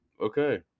Okay